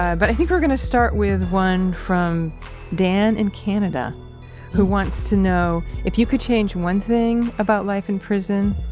but i think we're gonna start with one from dan in canada who wants to know if you could change one thing about life in prison,